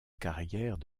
carrière